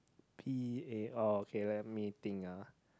p_a oh okay let me think ah